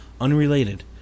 Unrelated